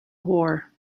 war